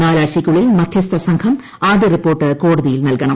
നാലാഴ്ചയ്ക്കുള്ളിൽ മധ്യസ്ഥ സംഘം ആദ്യ റിപ്പോർട്ട് കോടതിയിൽ നൽകണം